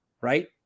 right